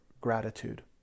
gratitude